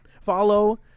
follow